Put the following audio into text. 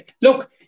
look